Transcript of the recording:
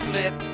Flip